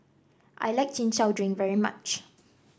I like Chin Chow Drink very much